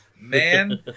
Man